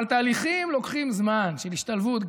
אבל תהליכים לוקחים זמן של השתלבות,